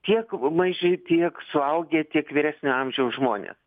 tiek maži tiek suaugę tiek vyresnio amžiaus žmonės